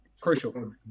Crucial